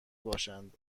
باشند